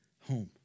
home